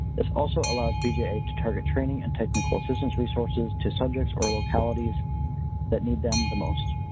this also allows bja to target training and technical assistance resources to subjects or localities that need them the most.